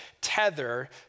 tether